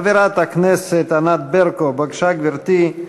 חברת הכנסת ענת ברקו, בבקשה, גברתי,